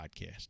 Podcast